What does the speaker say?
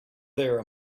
there